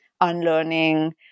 unlearning